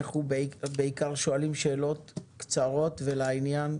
אנחנו בעיקר שואלים שאלות קצרות ולעניין,